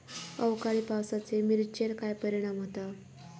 अवकाळी पावसाचे मिरचेर काय परिणाम होता?